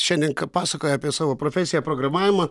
šiandien pasakoja apie savo profesiją programavimą